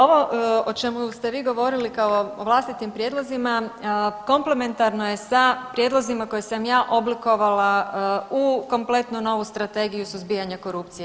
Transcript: Ovo o čemu ste vi govorili kao o vlastitim prijedlozima komplementarno je sa prijedlozima koje sam ja oblikovala u kompletno novu Strategiju suzbijanja korupcije.